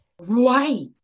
right